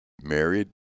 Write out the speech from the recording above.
married